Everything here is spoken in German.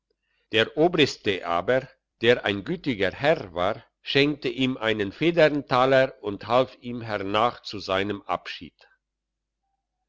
der obriste aber der ein gütiger herr war schenkte ihm einen federntaler und half ihm hernach zu seinem abschied